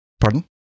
Pardon